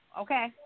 okay